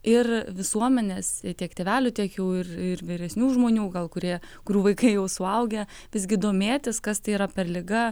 ir visuomenės tiek tėvelių tiek jau ir ir vyresnių žmonių gal kurie kurių vaikai jau suaugę visgi domėtis kas tai yra per liga